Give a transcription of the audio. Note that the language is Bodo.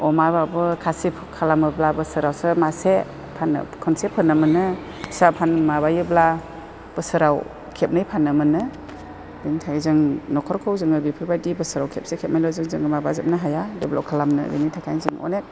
अमाबाबो खासि खालामोब्ला बोसोरावसो मासे फाननो खनसे फाननो मोनो फिसा माबायोब्ला बोसोराव खेबनै फाननो मोनो बेनिथाखाय जों न'खरखौ जोङो बेफोरबायदि बोसोराव खेबसे खेबनैल' जों माबाजोबनो हाया डेभलप खालामनो बेनि थाखाय जों अनेक